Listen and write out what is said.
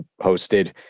hosted